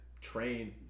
train